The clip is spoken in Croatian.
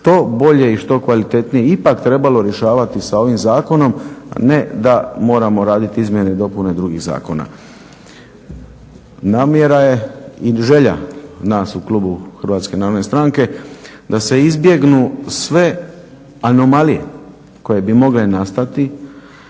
što bolje i što kvalitetnije ipak trebalo rješavati sa ovim zakonom, a ne da moramo raditi izmjene i dopune drugih zakona. Namjera je i želja nas u klubu HNS-a da se izbjegnu sve anomalije koje bi mogle nastati